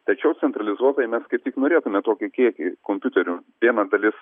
tačiau centralizuotai mes kaip tik norėtume tokį kiekį kompiuterių viena dalis